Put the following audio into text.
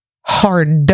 hard